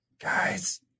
Guys